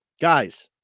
Guys